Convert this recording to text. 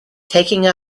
taking